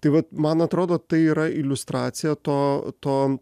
tai vat man atrodo tai yra iliustracija to to